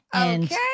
Okay